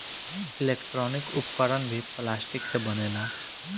electronic उपकरण भी plastic से बनेला